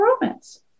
romance